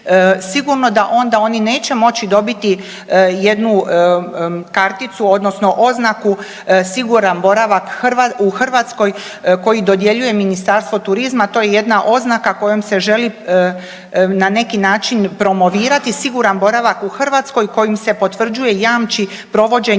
Sigurno da onda oni neće moći dobiti jednu karticu, odnosno oznaku siguran boravak u Hrvatskoj koji dodjeljuje Ministarstvo turizma. To je jedna oznaka kojom se želi na neki način promovirati siguran boravak u Hrvatskoj kojim se potvrđuje, jamči provođenje